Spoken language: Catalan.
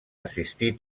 assistir